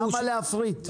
למה להפריט?